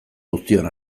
guztion